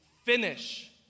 Finish